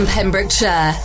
Pembrokeshire